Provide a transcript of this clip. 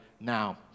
now